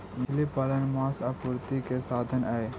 मछली पालन मांस आपूर्ति के साधन हई